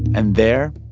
and there,